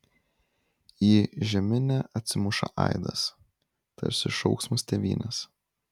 į žeminę atsimuša aidas tarsi šauksmas tėvynės